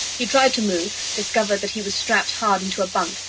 he tried to move, discovered that he was strapped hard into a bunk,